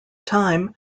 time